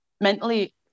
mentally